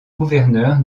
gouverneur